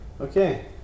Okay